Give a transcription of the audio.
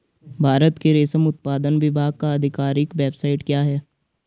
भारत के रेशम उत्पादन विभाग का आधिकारिक वेबसाइट क्या है?